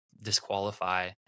disqualify